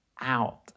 out